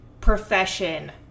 profession